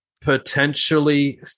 potentially